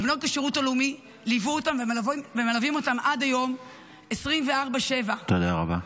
בנות השירות הלאומי ליוו אותם ומלווים אותם עד היום 24/7 -- תודה רבה.